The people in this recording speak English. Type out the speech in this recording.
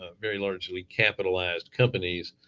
ah very largely capitalized companies.